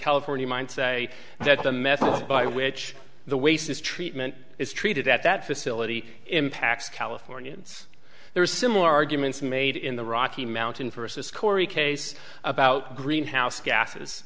california might say that's a metal by which the waste treatment is treated at that facility impacts california and there's similar arguments made in the rocky mountain versus cory case about greenhouse gases